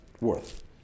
worth